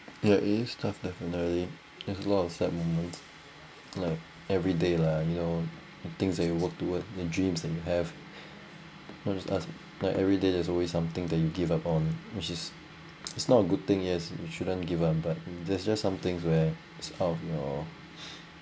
ya it is tough definitely there's lot of sad moments like everyday lah you know and things that you work towards the dreams not just us like everyday there's always something that you give upon which is it's not a good thing yes you shouldn't give out but there's just something where it's out of your